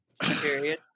Period